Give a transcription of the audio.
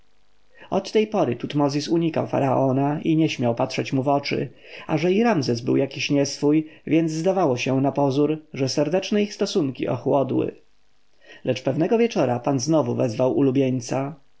od tej pory tutmozis unikał faraona i nie śmiał patrzeć mu w oczy a że i ramzes był jakiś nieswój więc zdawało się napozór że serdeczne ich stosunki ochłodły lecz pewnego wieczora pan znowu wezwał ulubieńca